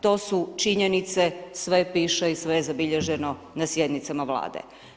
To su činjenice, sve piše i sve je zabilježeno na sjednicama Vlade.